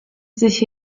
sich